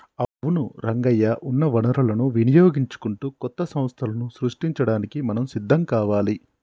అవును రంగయ్య ఉన్న వనరులను వినియోగించుకుంటూ కొత్త సంస్థలను సృష్టించడానికి మనం సిద్ధం కావాలి